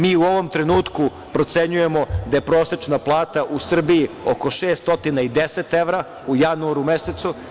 Mi u ovom trenutku procenjujemo da je prosečna plata u Srbiji oko 610 evra u januaru mesecu.